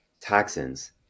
toxins